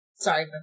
Sorry